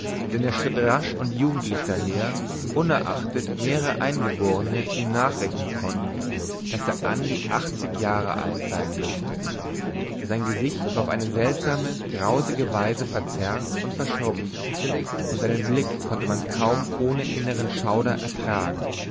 denn er schritt rasch und jugendlich daher unerachtet mehrere eingeborne ihm nachrechnen konnten daß er an die achtzig jahre alt sein müßte sein gesicht war auf eine seltsame grausige weise verzerrt und verschrumpft und seinen blick konnte man kaum ohne innern schauer ertragen